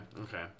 okay